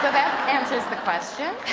answers the question.